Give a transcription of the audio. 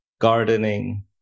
Gardening